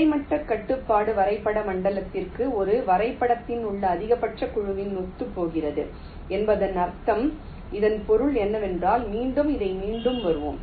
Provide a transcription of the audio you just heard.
கிடைமட்ட கட்டுப்பாட்டு வரைபட மண்டலத்திற்கு இது வரைபடத்தில் உள்ள அதிகபட்ச குழுவுடன் ஒத்துப்போகிறது என்பதன் அர்த்தம் இதன் பொருள் என்னவென்றால் மீண்டும் இதை மீண்டும் வருவோம்